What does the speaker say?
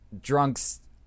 drunks –